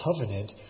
covenant